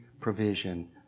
provision